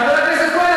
חבר הכנסת כהן,